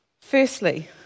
Firstly